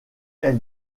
elle